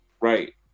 Right